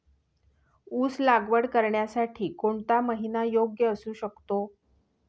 ऊस लागवड करण्यासाठी कोणता महिना योग्य असू शकतो?